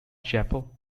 chapel